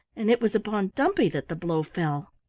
and it was upon dumpy that the blow fell.